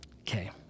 okay